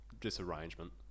disarrangement